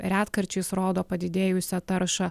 retkarčiais rodo padidėjusią taršą